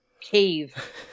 cave